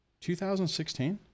2016